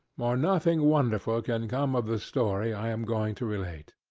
or nothing wonderful can come of the story i am going to relate.